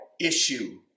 issue